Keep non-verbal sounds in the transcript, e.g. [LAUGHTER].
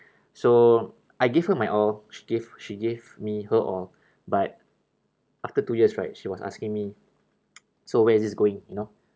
so I give her my all she gave she gave me her all but after two years right she was asking me [NOISE] so where is this going you know